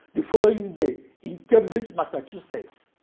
the following day, in cambridge, massachusetts.